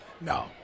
No